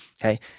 Okay